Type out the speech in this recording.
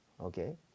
okay